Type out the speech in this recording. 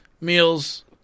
meals